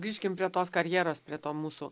grįžkim prie tos karjeros prie to mūsų